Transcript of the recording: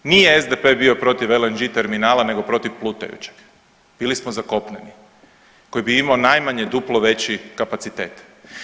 Nije SDP bio protiv LNG terminala, nego protiv plutajućeg, bili smo za kopneni koji bi imao najmanje duplo veći kapacitet.